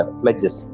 pledges